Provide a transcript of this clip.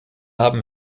haben